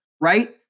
right